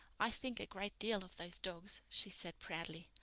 i think a great deal of those dogs, she said proudly.